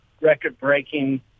record-breaking